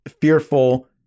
fearful